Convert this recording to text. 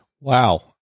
Wow